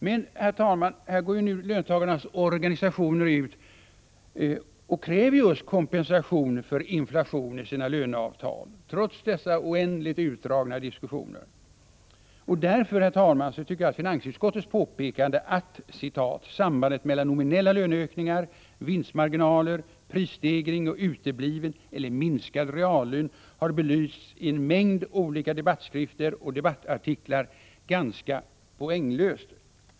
Men, herr talman, här går ju nu löntagarnas organisationer ut och kräver just kompensation för inflation i sina löneavtal, trots dessa oändligt utdragna diskussioner. Därför, herr talman, tycker jag att finansutskottets påpekande att ”Sambandet mellan nominella löneökningar, vinstmarginaler, prisstegring och utebliven eller minskad reallön har belysts i en mängd olika debattskrifter och debattartiklar” är ganska poänglöst.